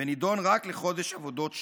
ונידון לחודש עבודות שירות".